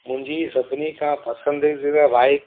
मुंहिंजी सभिनी खां पसंदीदा बाइक